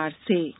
corona टीकाकरण